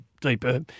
deeper